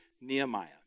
Nehemiah